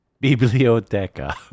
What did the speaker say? Biblioteca